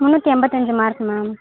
முந்நூற்றி எண்பத்தஞ்சி mark ma'am